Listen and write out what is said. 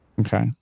Okay